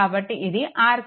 కాబట్టి ఇది RThevenin